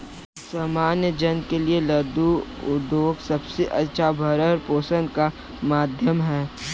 सामान्य जन के लिये लघु उद्योग सबसे अच्छा भरण पोषण का माध्यम है